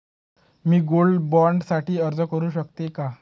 मी gold bond साठी अर्ज करु शकते का?